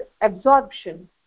absorption